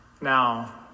now